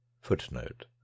Footnote